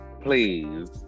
Please